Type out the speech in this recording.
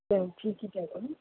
ਚਲੋ ਠੀਕ ਹੀ ਚਾਹੀਦੀ